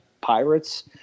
Pirates